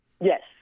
Yes